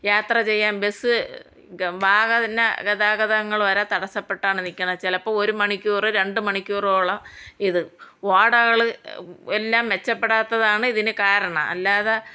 യാത്ര ചെയ്യാൻ ബസ്സ് വാഹന ഗതാഗതങ്ങൾ വരെ തടസ്സപ്പെട്ടാണ് നിൽക്കുന്നത് ചിലപ്പം ഒരു മണിക്കൂർ രണ്ട് മണിക്കൂറോളം ഇത് ഓടകൾ എല്ലാം മെച്ചപ്പെടാത്തതാണ് ഇതിന് കാരണം അല്ലാതെ